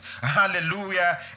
hallelujah